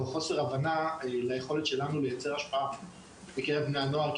וחוסר הבנה ליכולת שלנו לייצר השפעה בקרב בני הנוער,